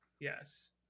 yes